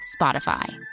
Spotify